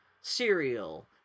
cereal